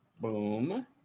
boom